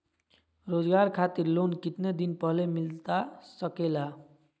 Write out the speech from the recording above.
रोजगार खातिर लोन कितने दिन पहले मिलता सके ला?